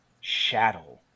shadow